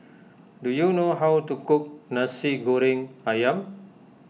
do you know how to cook Nasi Goreng Ayam